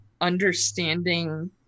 understanding